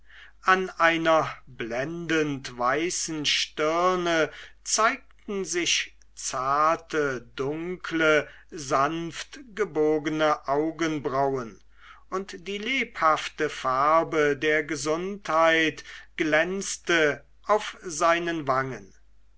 an einer blendend weißen stirne zeigten sich zarte dunkle sanftgebogene augenbrauen und die lebhafte farbe der gesundheit glänzte auf seinen wangen